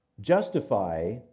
justify